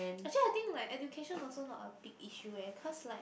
actually I like think education also not a big issue eh because like